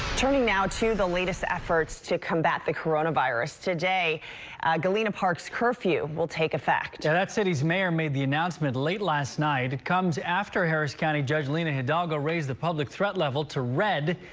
turning now to the latest efforts to combat the coronavirus today galena park's curfew will take effect in and that city's mayor made the announcement late last night it comes after harris county judge lina hidalgo raise the public threat level to red.